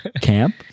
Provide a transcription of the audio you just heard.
Camp